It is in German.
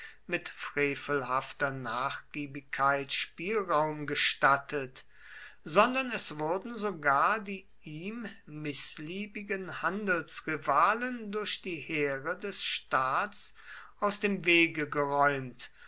mit frevelhafter nachgiebigkeit spielraum gestattet sondern es wurden sogar die ihm mißliebigen handelsrivalen durch die heere des staats aus dem wege geräumt